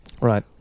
Right